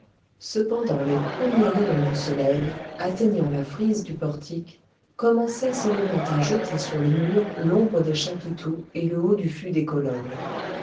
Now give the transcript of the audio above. cependant les premiers rayons du soleil atteignant la frise du portique commençaient seulement à jeter sur le mur l'ombre des chapiteaux et le haut du fût des colonnes